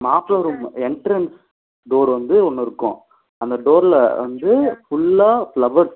மாப்ளை room entrance door வந்து ஒன்று இருக்கும் அந்த டோர்ல வந்து ஃபுல்லாக ஃப்ளவர்ஸ்